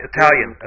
Italian